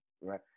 right